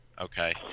Okay